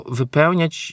wypełniać